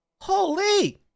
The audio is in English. Holy